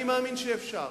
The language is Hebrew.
אני מאמין שאפשר,